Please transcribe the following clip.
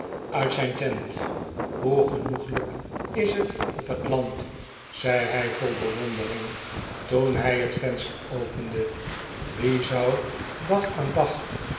uit zijn tent hoe genoeglijk is het op het land zei hij vol bewondering toen hij het venster opende wie zou dag aan dag